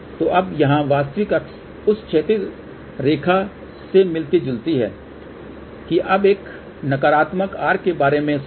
तो यहाँ वास्तविक अक्ष उस क्षैतिज रेखा से मिलती जुलती है कि अब एक नकारात्मक R के बारे में सोचें